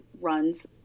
runs